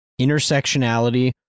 intersectionality